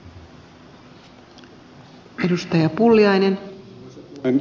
arvoisa puhemies